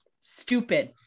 stupid